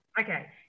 Okay